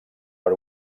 per